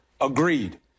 Agreed